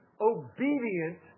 obedient